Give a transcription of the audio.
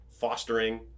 fostering